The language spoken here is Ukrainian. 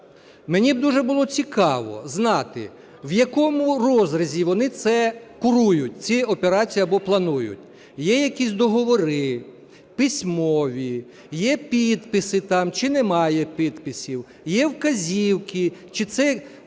Мені б дуже було цікаво знати, в якому розрізі вони це курують ці операції або планують. Є якісь договори письмові, є підписи там чи немає підписів, є вказівки чи це